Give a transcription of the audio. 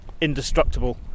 indestructible